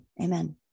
amen